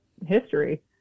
history